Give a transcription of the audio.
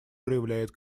проявляет